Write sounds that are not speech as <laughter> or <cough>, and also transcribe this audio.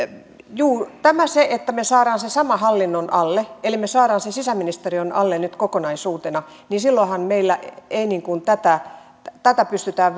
juu kun me saamme sen saman hallinnon alle eli me saamme sen sisäministeriön alle nyt kokonaisuutena niin silloinhan tätä tätä pystytään <unintelligible>